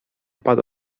padł